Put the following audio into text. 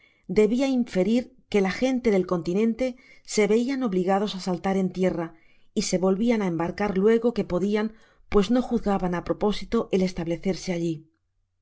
debia inferir que la gente del continente sa veian obligados á saltar en tierra y se volvían á embarcar luego que podian pues no juzgaban á propósito el establecerse allí